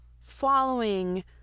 following